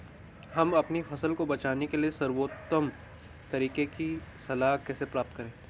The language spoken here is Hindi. हम अपनी फसल को बचाने के सर्वोत्तम तरीके की सलाह कैसे प्राप्त करें?